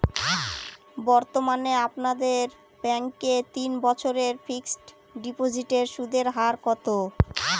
বর্তমানে আপনাদের ব্যাঙ্কে তিন বছরের ফিক্সট ডিপোজিটের সুদের হার কত?